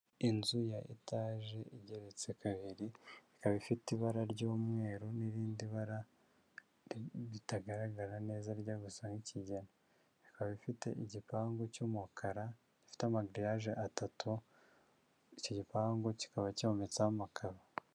Inzu ya etaje igeretse kabiri, ikaba ifite ibara ry'umweru n'irindi bara ritagaragara neza rijya gusa nk'ikigina, ikaba ifite igipangu cy'umukara, ifite amagiriyaje atatu, iki gipangu kikaba cyometsemo amakaro.